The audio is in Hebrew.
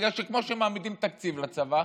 בגלל שכמו שמעמידים תקציב לצבא,